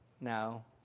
No